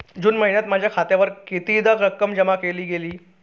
जून महिन्यात माझ्या खात्यावर कितीदा रक्कम जमा केली गेली?